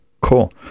Cool